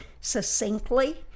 succinctly